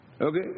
Okay